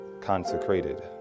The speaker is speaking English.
consecrated